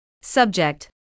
Subject